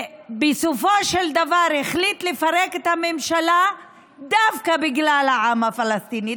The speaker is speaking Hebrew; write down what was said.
בסופו של דבר החליט לפרק את הממשלה דווקא בגלל העם הפלסטיני,